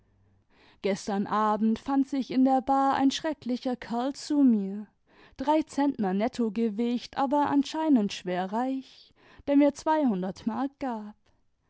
gestern abend fand sich in der bar ein schrecklicher kerl zu mir drei zentner nettogewicht aber anscheinend schwer reich der mir zweihundert mark gab